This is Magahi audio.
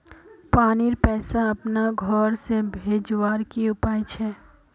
पानीर पैसा अपना घोर से भेजवार की उपाय छे?